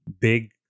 big